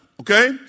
Okay